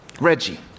Reggie